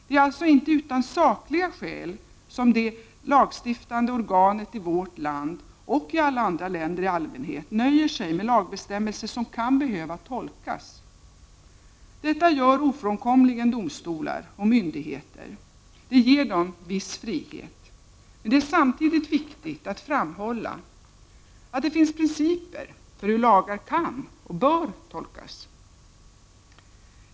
Det är alltså inte utan sakliga skäl som det lagstiftande organet i vårt land och i alla andra länder i allmänhet nöjer sig med lagbestämmelser som kan behöva tolkas. Detta ger ofrånkomligen domstolar och myndigheter viss frihet, men det är samtidigt viktigt att framhålla att det finns principer för hur lagar kan och bör tolkas.